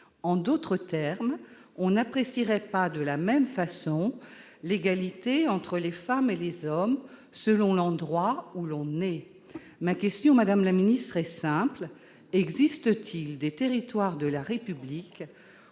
En d'autres termes, on n'apprécierait pas de la même façon l'égalité entre les femmes et les hommes selon l'endroit où l'on est. Ma question est simple : existe-t-il des territoires de la République